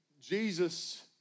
Jesus